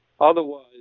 Otherwise